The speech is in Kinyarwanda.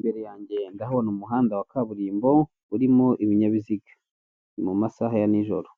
Imbere yange ndahabona umuhanda wa kaburimbo, urimo ibinyabiziga. Ni mu masaha ya nijoro.